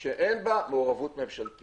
אנחנו לא נבקש מהציבור להעלות משהו שהוא